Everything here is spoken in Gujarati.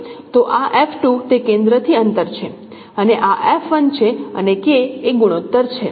તો આ તે કેન્દ્રથી અંતર છે અને આ છે અને K એ ગુણોત્તર છે